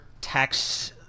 tax